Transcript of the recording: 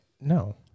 No